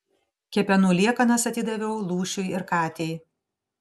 kepenų liekanas atidaviau lūšiui ir katei